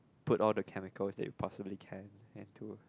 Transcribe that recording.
put all the chemical if possibly can into